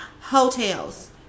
hotels